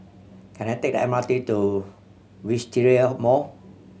can I take the M R T to Wisteria Mall